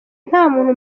ntamuntu